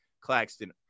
Claxton